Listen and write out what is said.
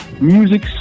Music